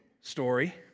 story